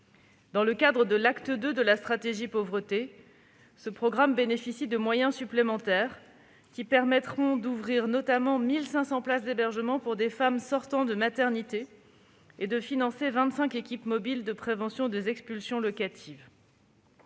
Dans le cadre de l'acte II de la stratégie Pauvreté, ce programme bénéficie de moyens supplémentaires qui permettront notamment d'ouvrir 1 500 places d'hébergement pour les femmes sortant de maternité et de financer vingt-cinq équipes mobiles de prévention des expulsions locatives.